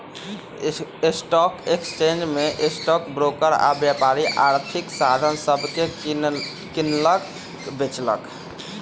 stock exchange में stock broker आऽ व्यापारी आर्थिक साधन सभके किनलक बेचलक